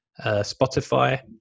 spotify